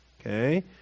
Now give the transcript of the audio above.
okay